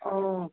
অঁ